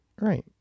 right